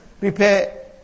repair